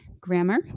grammar